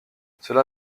cela